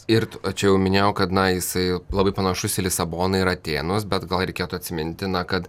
ir čia jau minėjau kad na jisai labai panašus į lisaboną ir atėnus bet gal reikėtų atsiminti na kad